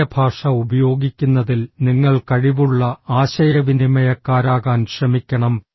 ശരീരഭാഷ ഉപയോഗിക്കുന്നതിൽ നിങ്ങൾ കഴിവുള്ള ആശയവിനിമയക്കാരാകാൻ ശ്രമിക്കണം